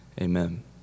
amen